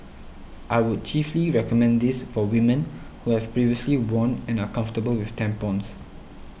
I would chiefly recommend this for women who have previously worn and are comfortable with tampons